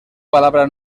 palabra